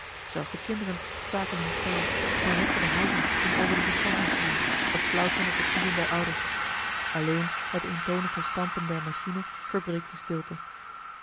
zelfs de kinderen staken hun spel en rekken de halzen om over de verschansing te zien of klauteren op de knieën der ouders alleen het eentonige stampen der machine verbreekt de stilte